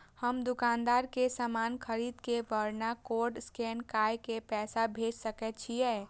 हम दुकानदार के समान खरीद के वकरा कोड स्कैन काय के पैसा भेज सके छिए?